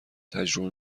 تجربه